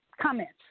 Comments